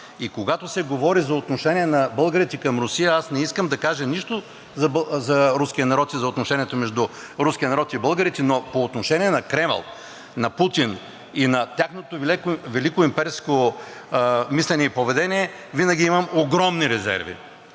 и когато се говори за отношение на българите към Русия, аз не искам да кажа нищо за руския народ и за отношението между руския народ и българите. Но по отношение на Кремъл, на Путин и на тяхното великоимперско мислене и поведение винаги имам огромни резерви.